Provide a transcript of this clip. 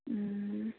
ꯎꯝ